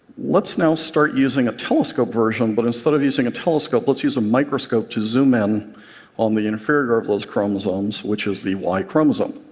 let's now start using a telescope version, but instead of using a telescope, let's use a microscope to zoom in on the inferior of those chromosomes which is the y chromosome.